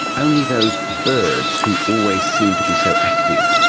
only those birds who always seem to be so active.